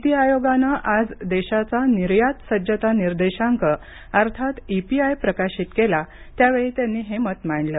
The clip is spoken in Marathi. नीती आयोगानं आज देशाचा निर्यात सज्जता निर्देशांक अर्थात ईपीआय प्रकाशित केला त्यावेळी त्यांनी हे मत मांडलं